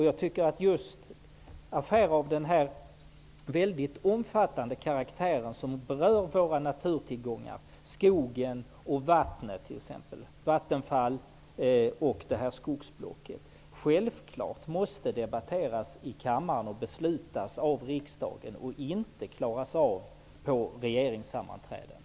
Jag tycker att affärer av sådan här omfattning som berör våra naturtillgångar såsom skog och vatten -- Vattenfall och skogsblocket -- självfallet måste debatteras i kammaren och beslutas av riksdagen i stället för att klaras av på regeringssammanträden.